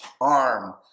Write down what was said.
arm